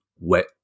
wet